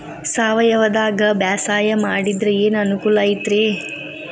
ಸಾವಯವದಾಗಾ ಬ್ಯಾಸಾಯಾ ಮಾಡಿದ್ರ ಏನ್ ಅನುಕೂಲ ಐತ್ರೇ?